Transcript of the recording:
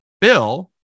Bill